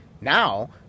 Now